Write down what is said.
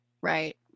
Right